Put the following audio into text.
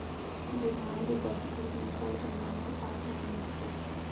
demand drafter नक़ल बनाना आसान नि छे